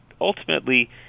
ultimately